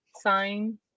sign